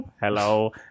hello